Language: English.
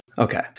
Okay